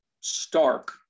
stark